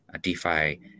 DeFi